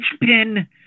pin